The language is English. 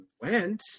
went